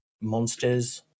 monsters